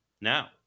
Now